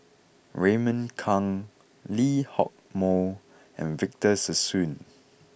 Raymond Kang Lee Hock Moh and Victor Sassoon